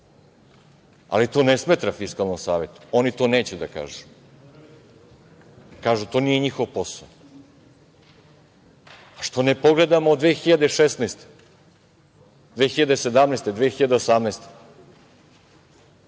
Ali, to ne smeta Fiskalnom savetu. Oni to neće da kažu. Kažu – to nije njihov posao. A zašto ne pogledamo 2016, 2017, 2018.